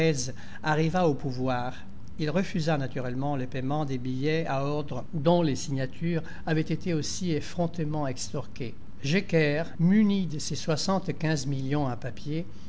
arriva au pouvoir il refusa naturellement le paiement des billets à ordre dont les signatures avaient été aussi effrontément extorquées jecker muni de ses soixante-quinze millions en papier